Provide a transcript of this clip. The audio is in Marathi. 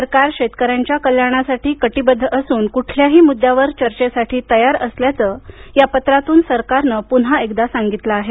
सरकार शेतकऱ्यांच्या कल्याणासाठी कटिबद्ध असून कुठल्याही मुद्द्यावर चर्चेसाठी तयार असल्याचं या पत्रातून सरकारनं पुन्हा एकदा सांगितलं आहे